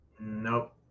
Nope